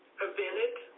prevented